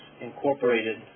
incorporated